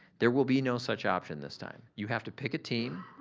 there will be no such option this time. you have to pick a team,